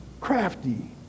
crafty